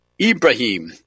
Ibrahim